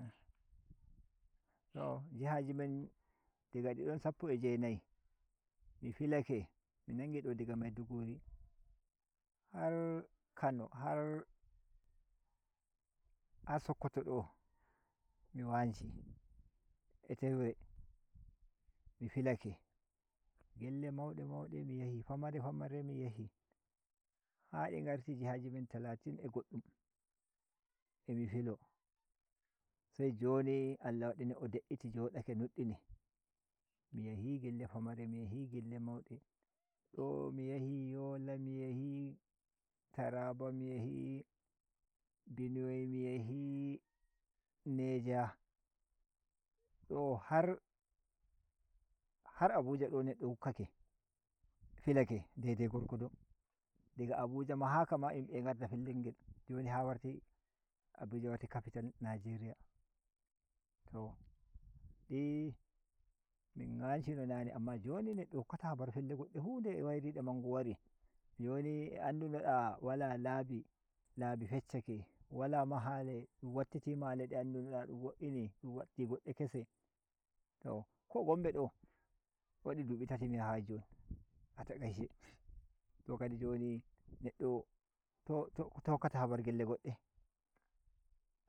To jihaji men daga di don sappo a jenayi mi filake mi nangi daga do Maiduguri har Kano har Sokoto do mi wanshi a tefre mi filake gelle mande made mi yahi pamare pamare mi yhi ha di garti jihaji men talatin a godɗum a mi filo se joni Allah wadi neddo de’iti jodi nuɗɗini mi yahi gele pamare mi yahi gelle manɗe do mi yahi Yola mi yahi Taraba mi yahi Benue mi yahi Niger do har har Abuja do neɗɗo wukkake filake dai dai gorgodo diga Abuja maha ka ma yimbe a ngarda feller ngjoniha warti Abuja warti capital Nigeria to di min ganshi no name amma joni neɗɗo hokkata habar pelle goɗɗe fu nde wairide mangu wari joni a andunoda wala labi labi feshshake wala mahale dun wattiti mahale de andunoda dun wolini dun waddi godden kese to k Gombe do wadi dubi tati mi yahayi atakaice to kadi joni neddo to- to hokkata habar gelle godde.